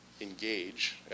engage